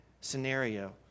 scenario